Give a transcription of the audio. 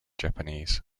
japanese